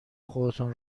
خودتان